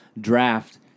draft